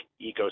ecosystem